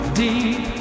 deep